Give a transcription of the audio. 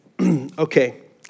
Okay